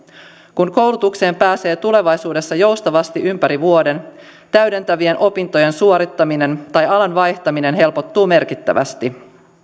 kun koulutukseen pääsee tulevaisuudessa joustavasti ympäri vuoden täydentävien opintojen suorittaminen tai alan vaihtaminen helpottuu merkittävästi